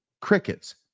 Crickets